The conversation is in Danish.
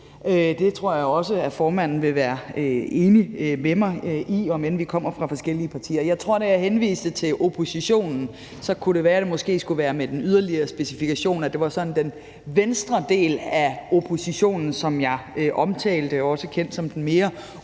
Det tror jeg også at formanden vil være enig med mig i, om end vi kommer fra forskellige partier. Jeg tror, at da jeg henviste til oppositionen, skulle det måske være med den yderligere specifikation, at det var den venstre del af oppositionen, som jeg omtalte, også kendt som den mere røde